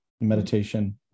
meditation